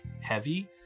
heavy